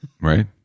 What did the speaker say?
Right